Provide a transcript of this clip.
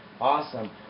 Awesome